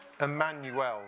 Emmanuel